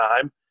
time